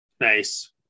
Nice